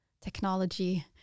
technology